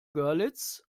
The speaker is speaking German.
görlitz